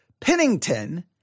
Pennington